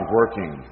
working